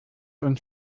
uns